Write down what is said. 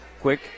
Quick